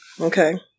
Okay